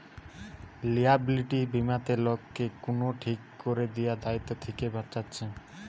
liability বীমাতে লোককে কুনো ঠিক কোরে দিয়া দায়িত্ব থিকে বাঁচাচ্ছে